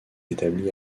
établi